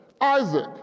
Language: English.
Isaac